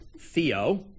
Theo